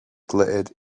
glittered